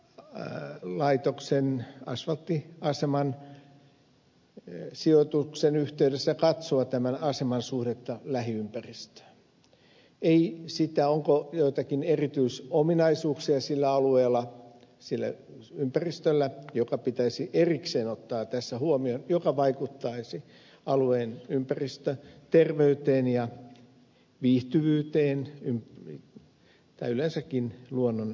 puheet laitoksen polttonesteaseman taikka bitumilaitoksen asvalttiaseman sijoituksen yhteydessä katsoa tämän aseman suhdetta lähiympäristöön ei sitä onko joitakin erityisominaisuuksia sillä alueella sillä ympäristöllä jotka pitäisi erikseen ottaa tässä huomioon jotka vaikuttaisivat alueen ympäristöterveyteen ja viihtyvyyteen tai yleensäkin luonnon ympäristöön